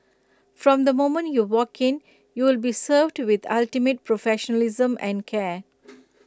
from the moment you walk in you would be served with ultimate professionalism and care